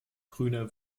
grüner